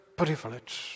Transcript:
privilege